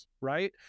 right